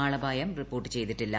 ആളപായം report ചെയ്തിട്ടില്ല